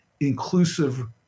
inclusive